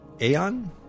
Aeon